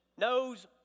Knows